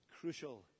crucial